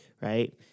right